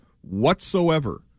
whatsoever